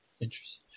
Interesting